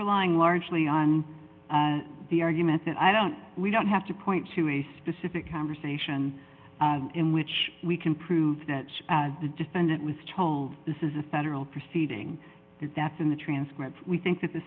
relying largely on the argument that i don't we don't have to point to a specific conversation in which we can prove that the defendant was told this is a federal proceeding that's in the transcript we think that the